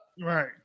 Right